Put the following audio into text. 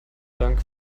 dank